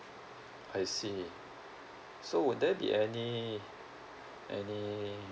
I see so would there be any any